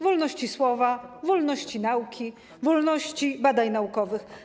Wolności słowa, wolności nauki, wolności badań naukowych.